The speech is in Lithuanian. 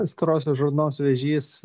storosios žarnos vėžys